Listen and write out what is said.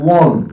one